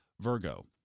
Virgo